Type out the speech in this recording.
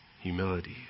humility